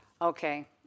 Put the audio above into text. Okay